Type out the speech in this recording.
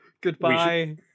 Goodbye